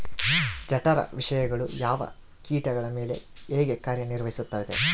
ಜಠರ ವಿಷಯಗಳು ಯಾವ ಕೇಟಗಳ ಮೇಲೆ ಹೇಗೆ ಕಾರ್ಯ ನಿರ್ವಹಿಸುತ್ತದೆ?